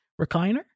recliner